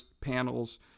panels